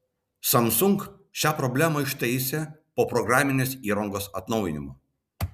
samsung šią problemą ištaisė po programinės įrangos atnaujinimo